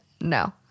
no